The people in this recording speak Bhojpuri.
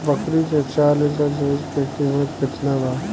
बकरी के चार लीटर दुध के किमत केतना बा?